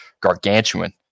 gargantuan